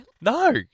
No